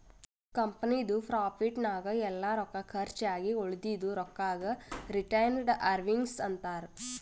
ಕಂಪನಿದು ಪ್ರಾಫಿಟ್ ನಾಗ್ ಎಲ್ಲಾ ರೊಕ್ಕಾ ಕರ್ಚ್ ಆಗಿ ಉಳದಿದು ರೊಕ್ಕಾಗ ರಿಟೈನ್ಡ್ ಅರ್ನಿಂಗ್ಸ್ ಅಂತಾರ